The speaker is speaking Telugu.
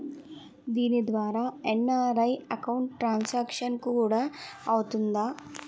దీని ద్వారా ఎన్.ఆర్.ఐ అకౌంట్ ట్రాన్సాంక్షన్ కూడా అవుతుందా?